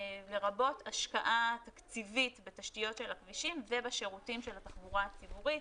לרבות השקעה תקציבית בתשתיות של הכבישים ובשירותים של התחבורה הציבורית.